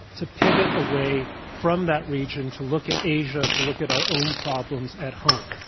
to pivot away from that region, to look at asia, to look at our own problems at home,